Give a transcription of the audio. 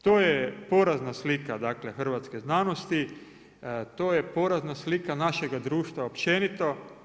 To je porazna slika dakle hrvatske znanosti, to je porazna slika našega društva općenito.